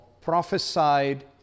prophesied